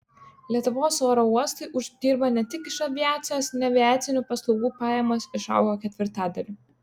lietuvos oro uostai uždirba ne tik iš aviacijos neaviacinių paslaugų pajamos išaugo ketvirtadaliu